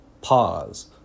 pause